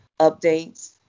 updates